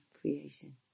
creation